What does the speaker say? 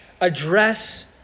address